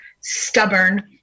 stubborn